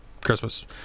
christmas